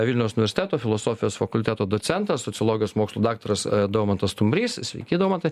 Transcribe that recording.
vilniaus universiteto filosofijos fakulteto docentas sociologijos mokslų daktaras daumantas stumbrais sveiki daumantai